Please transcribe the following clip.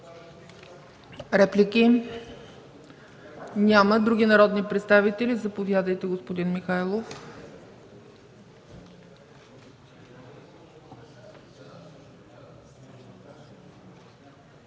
Реплики? Няма. Други народни представители? Заповядайте, господин Михайлов.